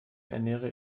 ernähre